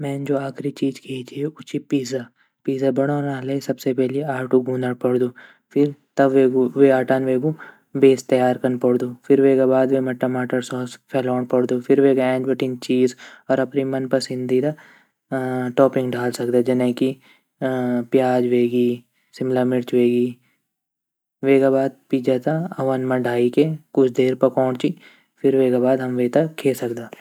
अगर मे दगड़िया मेता मीन यख औंदु त में वेता सबसे पेली त जू मौसम ची वेगा अनुसार कपड़ा पैक कनो बोलू अगर यख ठंडू वोणु त मैं वेता बोलू की तू फुल कपड़ा ल्ये जने जैकेट वेगी हुड वेगी स्वेटर वेगी अगर यख गरम वोणु त मैं वे त बोलू की तू टी शर्ट शॉर्ट्स और मतलब हाफ कपड़ा ल्ये।